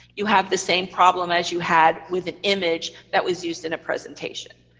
you have the same problem as you had with an image that was used in a presentation.